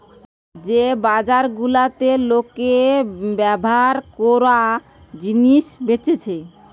যে বাজার গুলাতে লোকে ব্যভার কোরা জিনিস বেচছে